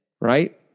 right